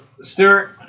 Stewart